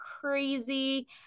crazy